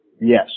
Yes